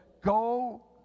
go